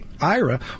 IRA